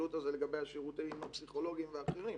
הפעילות הזה לגבי השירותים הפסיכולוגיים והאחרים,